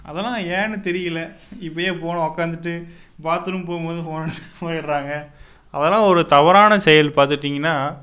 அதெல்லாம் ஏன்னு தெரியிலை இப்பயே ஃபோனை உக்காந்துட்டு பாத்ரூம் போகும்போதும் ஃபோனை எடுத்துகிட்டு போயிடுறாங்க அதெல்லாம் ஒரு தவறான செயல் பார்த்துட்டீங்கன்னா